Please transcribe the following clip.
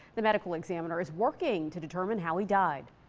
the medical examiner is working to determine how he died.